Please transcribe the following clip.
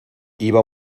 iba